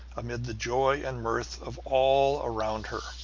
amid the joy and mirth of all around her.